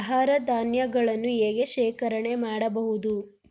ಆಹಾರ ಧಾನ್ಯಗಳನ್ನು ಹೇಗೆ ಶೇಖರಣೆ ಮಾಡಬಹುದು?